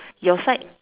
your side